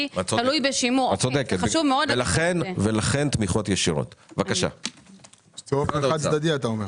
אני חושב שאם תהיה הצהרה